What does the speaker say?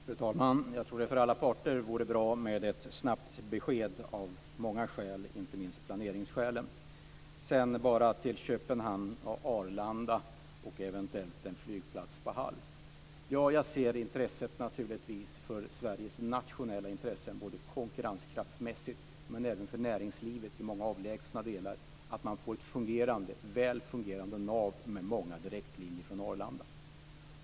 Fru talman! Jag tror att det för alla parter vore bra med ett snabbt besked av många skäl, inte minst av planeringsskäl. Vi har diskuterat Arlanda, Köpenhamn och en eventuell flygplats på Hall. Jag ser naturligtvis till Sveriges nationella intressen. Både ur konkurrenshänseende och för näringslivet i många avlägsna delar är det viktigt att vi får ett väl fungerande nav med många direktlinjer från Arlanda.